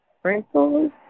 Sprinkles